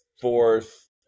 fourth